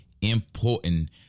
important